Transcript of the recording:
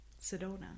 Sedona